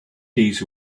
days